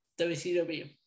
WCW